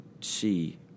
see